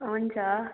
हुन्छ